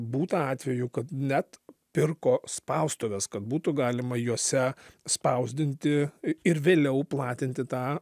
būta atvejų kad net pirko spaustuves kad būtų galima juose spausdinti ir vėliau platinti tą